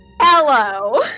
Hello